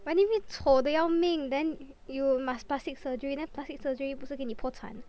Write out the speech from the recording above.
but if 你丑的要命 then you must plastic surgery then plastic surgery 不是给你破残